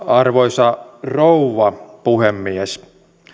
arvoisa rouva puhemies